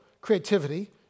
creativity